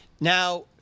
Now